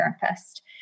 therapist